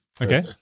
Okay